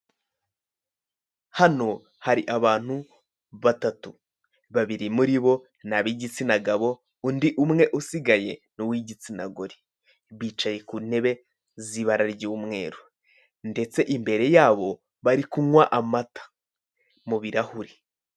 Hano hari abantu batatu babiri muri bo ni ab'igitsina gabo, undi umwe usigaye ni uw'igitsina gore, bicaye ku ntebe z'ibara ry'umweru ndetse imbere yabo bari kunywa amata mu birahure.